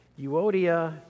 Euodia